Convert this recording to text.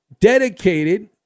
dedicated